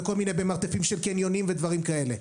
וכל מיני במרתפים של קניונים ודברים כאלה.